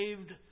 saved